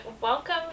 welcome